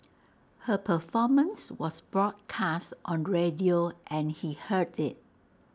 her performance was broadcast on radio and he heard IT